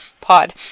pod